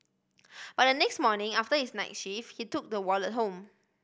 but the next morning after his night shift he took the wallet home